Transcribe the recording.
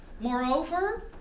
Moreover